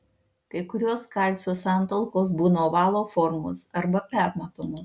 kai kurios kalcio santalkos būna ovalo formos arba permatomos